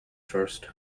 first